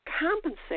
compensate